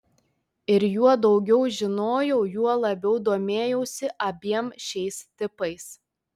ir juo daugiau žinojau juo labiau domėjausi abiem šiais tipais